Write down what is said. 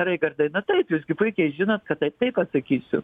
raigardai na taip jūs gi puikiai žinot kad taip taip atsakysiu